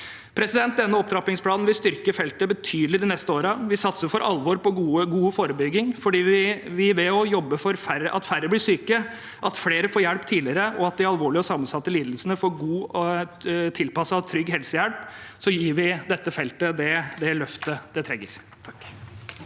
Denne opptrappingsplanen vil styrke feltet betydelig de neste årene. Vi satser for alvor på god forebygging, for ved å jobbe for at færre blir syke, at flere får hjelp tidligere, og at de med alvorlige og sammensatte lidelser får god, tilpasset og trygg helsehjelp, gir vi dette feltet det løftet det trenger.